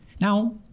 Now